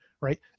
right